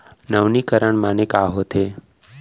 नवीनीकरण माने का होथे?